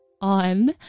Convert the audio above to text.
on